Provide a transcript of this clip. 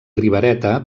ribereta